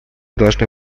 должны